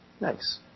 Nice